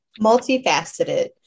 Multifaceted